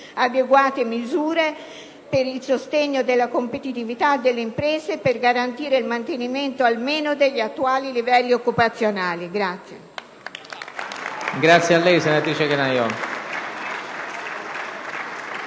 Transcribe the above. adeguate misure per il sostegno della competitività delle imprese e per garantire il mantenimento almeno degli attuali livelli occupazionali.